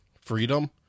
freedom